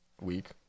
week